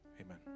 amen